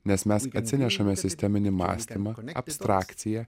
nes mes atsinešame sisteminį mąstymą abstrakcija